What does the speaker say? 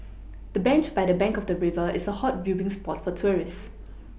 the bench by the bank of the river is a hot viewing spot for tourists